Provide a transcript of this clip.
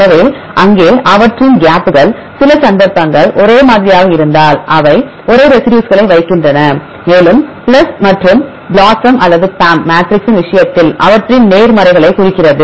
எனவே அங்கே அவற்றின் கேப்கள் சில சந்தர்ப்பங்கள் ஒரே மாதிரியாக இருந்தால் அவை ஒரே ரெசிடியூஸ்களை வைக்கின்றன மேலும் பிளஸ் என்பது BLOSUM அல்லது PAM மேட்ரிக்ஸின் விஷயத்தில் அவற்றின் நேர்மறைகளை குறிக்கிறது